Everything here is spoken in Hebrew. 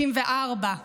93, 94,